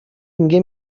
میگه